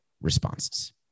responses